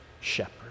shepherd